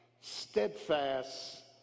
steadfast